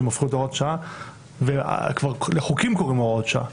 שהפכו להוראות שעה וכבר לחוקים קוראים הוראות שעה.